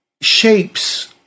shapes